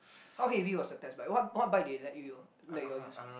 how heavy was the test bike what what bike they let you let you all use